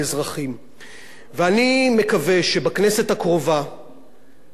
אני מקווה שבכנסת הקרובה אנחנו לפחות במרצ,